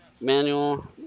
manual